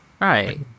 Right